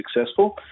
successful